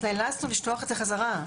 אז נאלצנו לשלוח את זה חזרה.